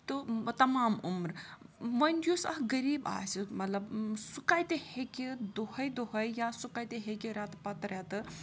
تہٕ تَمام عُمر وۄنۍ یُس اَکھ غریٖب آسہِ مطلب سُہ کَتہِ ہیٚکہِ دۄہَے دۄہَے یا سُہ کَتہِ ہیٚکہِ رٮ۪تہٕ پَتہٕ رٮ۪تہٕ